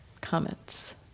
comments